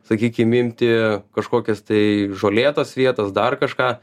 sakykim imti kažkokias tai žolėtas vietas dar kažką